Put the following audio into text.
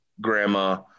grandma